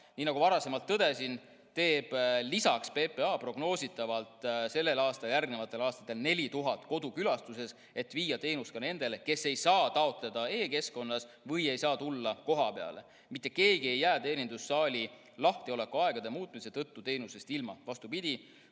Nii nagu varasemalt tõdesin, teeb PPA lisaks prognoositavalt sellel aastal ja järgnevatel aastatel 4000 kodukülastust, et viia teenus ka nende juurde, kes ei saa taotleda e‑keskkonnas või ei saa tulla kohapeale. Mitte keegi ei jää teenindussaali lahtiolekuaegade muutumise tõttu teenusest ilma. Vastupidi,